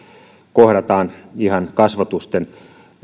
kohdataan ihan kasvotusten